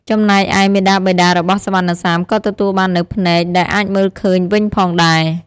ចំណែកឯ មាតាបិតារបស់សុវណ្ណសាម ក៏ទទួបាននូវភ្នែកដែលអាចមើលឃើញវិញផងដែរ។